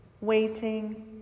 waiting